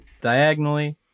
diagonally